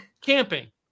camping